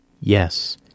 Yes